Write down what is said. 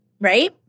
right